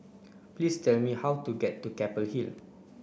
please tell me how to get to Keppel Hill